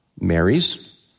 marries